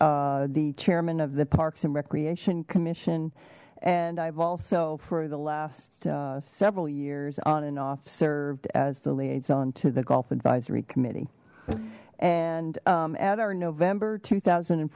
as the chairman of the parks and recreation commission and i've also for the last several years on and off served as the liaison to the golf advisory committee and at our november two thousand and